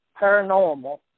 paranormal